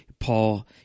Paul